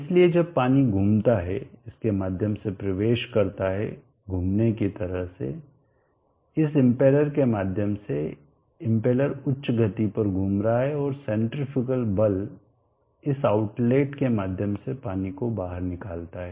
इसलिए जब पानी घूमता है इसके माध्यम से प्रवेश करता है घुमने की तरह से इस इम्पेलर के माध्यम से इम्पेलर उच्च गति पर घूम रहा है और सेन्ट्रीफ्यूगल बल इस आउटलेट के माध्यम से पानी को बाहर निकालता हैं